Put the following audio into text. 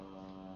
uh